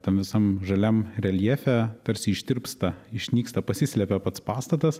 tam visam žaliam reljefe tarsi ištirpsta išnyksta pasislepia pats pastatas